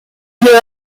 llegó